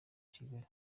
kigali